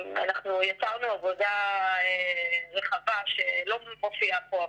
אנחנו יצרנו עבודה רחבה שלא מופיעה פה,